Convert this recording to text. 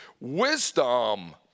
Wisdom